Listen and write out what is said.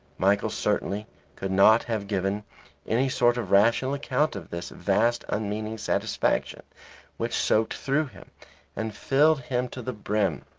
michael certainly could not have given any sort of rational account of this vast unmeaning satisfaction which soaked through him and filled him to the brim.